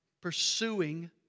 pursuing